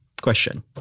question